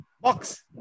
Box